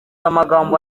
amagambo